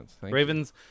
Ravens